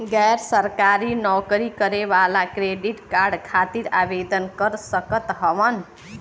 गैर सरकारी नौकरी करें वाला क्रेडिट कार्ड खातिर आवेदन कर सकत हवन?